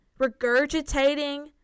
regurgitating